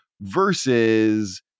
Versus